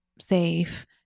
safe